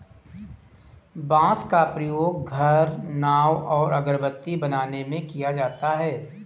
बांस का प्रयोग घर, नाव और अगरबत्ती बनाने में किया जाता है